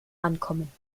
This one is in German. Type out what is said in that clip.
ankommen